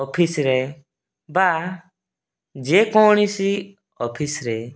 ଅଫିସରେ ବା ଯେକୌଣସି ଅଫିସରେ